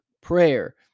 Prayer